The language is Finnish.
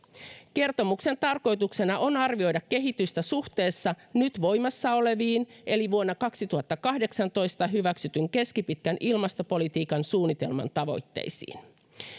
kertomuksen tarkoituksena on arvioida kehitystä suhteessa nyt voimassa oleviin eli vuonna kaksituhattakahdeksantoista hyväksytyn keskipitkän ilmastopolitiikan suunnitelman tavoitteisiin